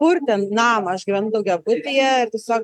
purtė namą aš gyvenu daugiabutyje ir tiesiog